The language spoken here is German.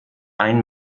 ein